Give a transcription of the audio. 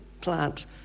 plant